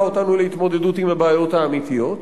אותנו להתמודדות עם הבעיות האמיתיות,